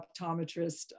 optometrist